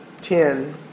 ten